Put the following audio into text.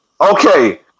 Okay